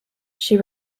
she